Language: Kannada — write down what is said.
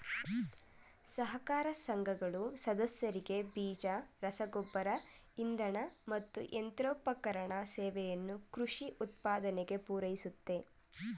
ಸಹಕಾರ ಸಂಘಗಳು ಸದಸ್ಯರಿಗೆ ಬೀಜ ರಸಗೊಬ್ಬರ ಇಂಧನ ಮತ್ತು ಯಂತ್ರೋಪಕರಣ ಸೇವೆಯನ್ನು ಕೃಷಿ ಉತ್ಪಾದನೆಗೆ ಪೂರೈಸುತ್ತೆ